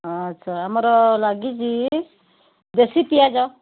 ଆଚ୍ଛା ଆମର ଲାଗିଛି ଦେଶୀ ପିଆଜ